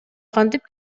кантип